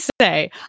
say